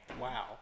Wow